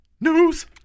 news